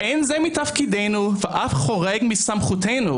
אין זה מתפקידנו ואף חורג מסמכותנו,